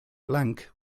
blank